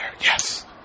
Yes